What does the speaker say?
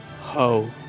ho